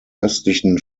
östlichen